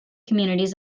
communities